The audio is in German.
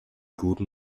guten